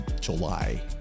July